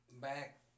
back